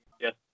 Yes